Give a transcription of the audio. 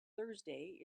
thursday